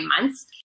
months